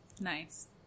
nice